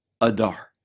Adar